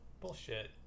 Bullshit